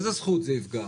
באיזה זכות זה יפגע?